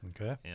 Okay